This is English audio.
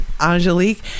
Angelique